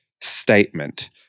statement